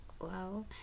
wow